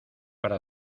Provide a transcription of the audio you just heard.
para